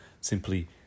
simply